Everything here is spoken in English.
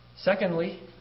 Secondly